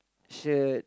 shirt